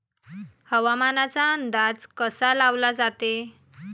हवामानाचा अंदाज कसा लावला जाते?